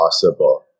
possible